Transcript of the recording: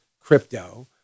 crypto